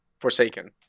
Forsaken